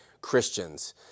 Christians